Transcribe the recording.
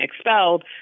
expelled